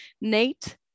Nate